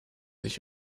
ich